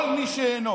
כל מי שאינו